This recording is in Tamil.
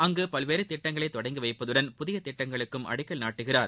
அங்கு பல்வேறு திட்டங்களை தொடங்கி வைப்பதுடன் புதிய திட்டங்களுக்கும் அடிக்கல் நாட்டுகிறார்